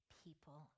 people